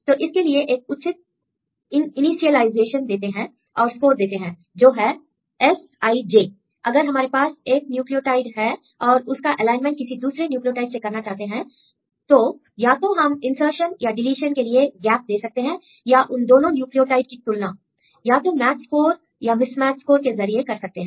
तो इसके लिए एक उचित इनीशिएलाइजेशन देते हैं और स्कोर देते हैं जो है Sij अगर हमारे पास एक न्यूक्लियोटाइड है और उसका एलाइनमेंट किसी दूसरे न्यूक्लियोटाइड से करना चाहते हैं तो या तो हम इन्सर्शन् या डीलीशन के लिए गैप दे सकते हैं या उन दोनों न्यूक्लियोटाइड की तुलना या तो मैच स्कोर या मिसमैच स्कोर के जरिए कर सकते हैं